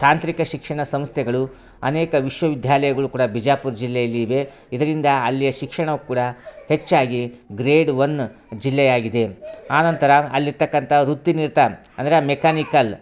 ತಾಂತ್ರಿಕ ಶಿಕ್ಷಣ ಸಂಸ್ಥೆಗಳು ಅನೇಕ ವಿಶ್ವವಿದ್ಯಾಲಯ್ಗಳೂ ಕೂಡ ಬಿಜಾಪುರ ಜಿಲ್ಲೆಯಲ್ಲಿ ಇವೆ ಇದರಿಂದ ಅಲ್ಲಿಯ ಶಿಕ್ಷಣವೂ ಕೂಡಾ ಹೆಚ್ಚಾಗಿ ಗ್ರೇಡ್ ಒನ್ ಜಿಲ್ಲೆಯಾಗಿದೆ ಆನಂತರ ಅಲ್ಲಿರ್ತಕ್ಕಂಥ ವೃತ್ತಿ ನಿರತ ಅಂದರೆ ಮೆಕ್ಯಾನಿಕಲ್